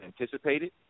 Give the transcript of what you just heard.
anticipated